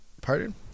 Pardon